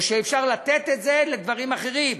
או שאפשר לתת את זה לדברים שונים,